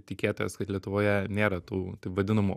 tikėtojas kad lietuvoje nėra tų taip vadinamų